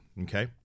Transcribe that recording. Okay